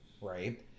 right